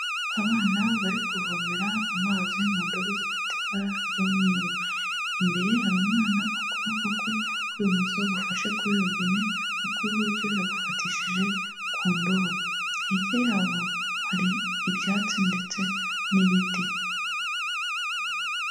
Abana bari kuvomera amazi mu ndabo zifite ibara ry'umweru, imbere hari umwana ukuboko kwe kw'ibumoso gufashe kuri robine, ukw'iburyo yagufatishije ku ndobo, hirya yabo hari ibyatsi ndetse n'ibiti.